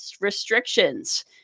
restrictions